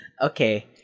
Okay